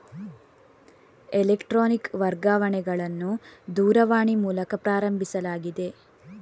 electronic ವರ್ಗಾವಣೆಗಳನ್ನು ದೂರವಾಣಿ ಮೂಲಕ ಪ್ರಾರಂಭಿಸಲಾಗಿದೆ